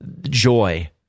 joy